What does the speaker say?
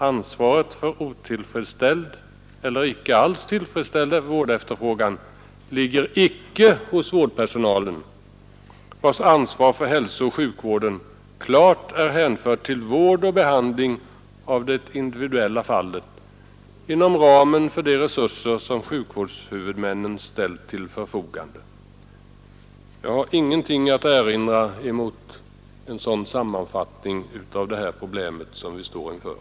Ansvaret för otillfredsställd eller icke alls tillfredsställd vårdefterfrågan ligger icke hos vårdpersonalen, vars ansvar för hälsooch sjukvården klart är hänfört till vård och behandling av det individuella fallet inom ramen för de resurser, som sjukvårdshuvudmännen ställt till förfogande.” Jag har ingenting att erinra mot en sådan sammanfattning av det problem som vi här står inför.